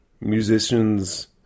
musicians